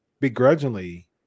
begrudgingly